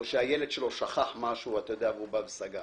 או שהילד שלו שכח משהו והוא בא וסגר,